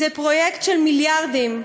זה פרויקט של מיליארדים,